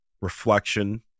reflection